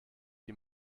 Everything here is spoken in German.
die